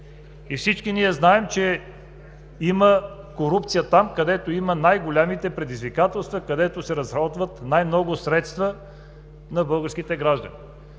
и всички ние знаем, че има корупция там, където има най-големите предизвикателства, където се разходват най-много средства на българските граждани.